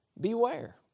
Beware